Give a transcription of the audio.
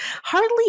hardly